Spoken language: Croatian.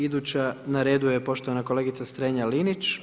Iduća na redu je poštovana kolegica Strenja-Linić.